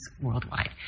worldwide